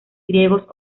griegos